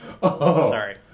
Sorry